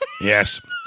Yes